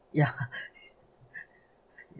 ya